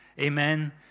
Amen